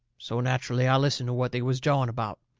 so nacherally i listened to what they was jawing about.